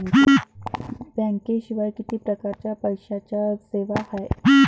बँकेशिवाय किती परकारच्या पैशांच्या सेवा हाय?